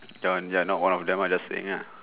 john you're not one of them I just saying ah